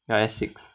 ya Essex